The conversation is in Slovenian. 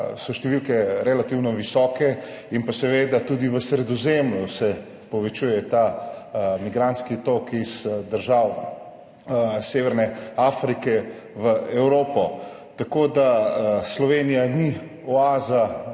so številke relativno visoke. Seveda se tudi v Sredozemlju povečuje ta migrantski tok iz držav Severne Afrike v Evropo. Tako da Slovenija ni oaza,